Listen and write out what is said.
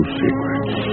secrets